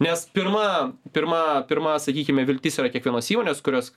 nes pirma pirma pirma sakykime viltis yra kiekvienos įmonės kurios